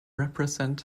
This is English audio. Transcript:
represent